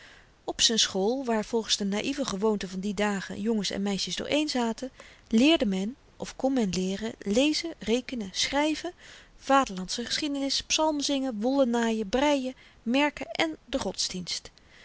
op z'n school waar volgens de naïve gewoonte van die dagen jongens en meisjes dooreen zaten leerde men of kn men leeren lezen rekenen schryven vaderlandsche geschiedenis psalmzingen wollennaaien breien merken en de godsdienst